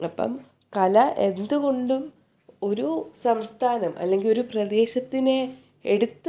അപ്പം കല എന്തുകൊണ്ടും ഒരു സംസ്ഥാനം അല്ലെങ്കിൽ ഒരു പ്രദേശത്തിനെ എടുത്ത്